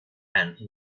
and